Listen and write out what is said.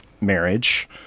marriage